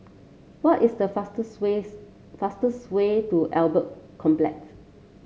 what is the fastest ways fastest way to Albert Complex